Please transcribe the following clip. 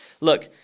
look